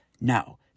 No